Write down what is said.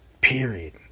period